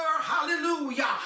hallelujah